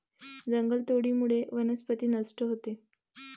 जंगलतोडीमुळे वनस्पती नष्ट होते